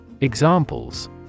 examples